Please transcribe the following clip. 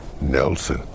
Nelson